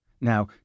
Now